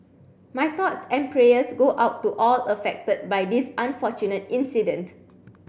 my thoughts and prayers go out to all affected by this unfortunate incident